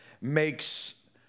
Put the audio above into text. makes